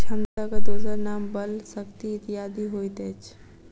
क्षमताक दोसर नाम बल, शक्ति इत्यादि होइत अछि